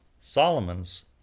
Solomon's